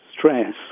stress